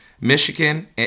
Michigan